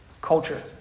culture